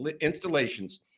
installations